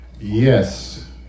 Yes